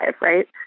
right